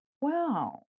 Wow